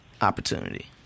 opportunity